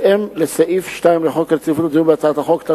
ועדת הפנים והגנת הסביבה, חבר הכנסת דוד אזולאי.